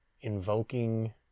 invoking